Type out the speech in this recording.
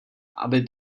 aby